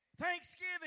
Thanksgiving